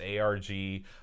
ARG